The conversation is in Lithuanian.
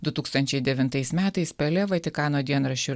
du tūkstančiai devintais metais pele vatikano dienraščiu